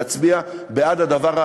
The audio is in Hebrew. להצביע בעד הדבר,